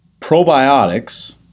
probiotics